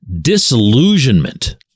disillusionment